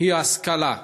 הוא השכלה.